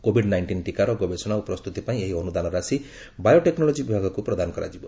Covid nineteen ଟୀକାର ଗବେଷଣା ଓ ପ୍ରସ୍ତୁତି ପାଇଁ ଏହି ଅନୁଦାନ ରାଶି ବାୟୋଟେକ୍ନୋଲୋଜି ବିଭାଗକୁ ପ୍ରଦାନ କରାଯିବ